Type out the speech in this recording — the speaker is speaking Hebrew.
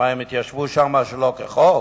מה, הם התיישבו שם שלא כחוק?